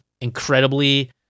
incredibly